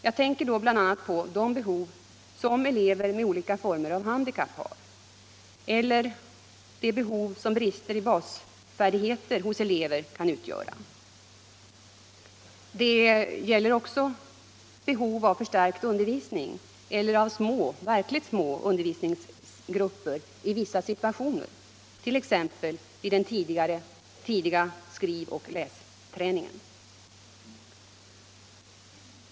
Jag tänker då bl.a. på de behov som elever med olika former av handikapp har och på de behov som brister i basfärdigheterna hos elever kan utgöra. Det gäller också behov av förstärkt undervisning eller av verkligt små undervisningsgrupper i vissa situationer, t.ex. vid den tidiga skrivoch lästräningen.